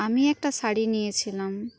আমি একটা শাড়ি নিয়েছিলাম